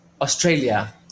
australia